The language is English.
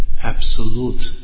absolute